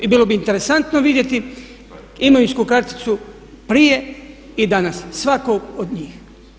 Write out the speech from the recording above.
I bilo bi interesantno vidjeti imovinsku karticu prije i danas svakog od njih.